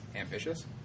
Ambitious